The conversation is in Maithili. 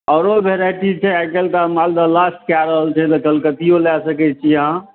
आओर वेराइटी छै आइकाल्हि तऽ मालदह लास्ट कऽ रहल छै तऽ कलकतिओ लऽ सकै छी अहाँ